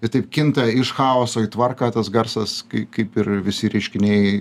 ir taip kinta iš chaoso į tvarką tas garsas kai kaip ir visi reiškiniai